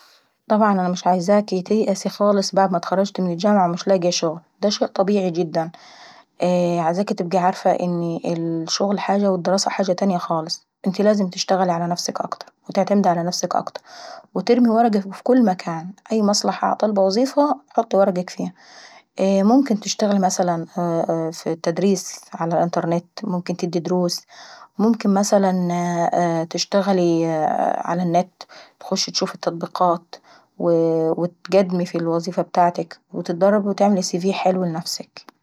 طبعا انا مش عايزاكي تيأسي خالص بعد اما اتخرجتي من الجامعيي، انك تلاقي شغل دا شيء طبيعي جدا، عايزاكي تبقي عارفة ان الشغل حاجة والدراسة حاجة تاني خالص. انتي لازم تيعتيمدي على نفسك اكتر. وترمي ورقك اف كل مكان. أي مصلحة طالبة وظيفة حطي ورقك فيها. ممكن تشتغلي مثلا في التدريسع الانترنت وممكن تدي دروس وممكن مثلا تشتغلي ع النت وتشوفي التطبيقات وتقدمي في الوظيفة بتاعتك ولازم تعملي سي في حلو لنفسك.